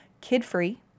kid-free